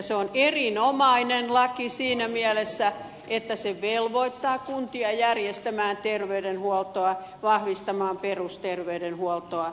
se on erinomainen laki siinä mielessä että se velvoittaa kuntia järjestämään terveydenhuoltoa vahvistamaan perusterveydenhuoltoa